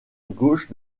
gauche